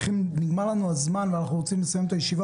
נגמר לנו הזמן, ואנחנו רוצים לסיים את הישיבה.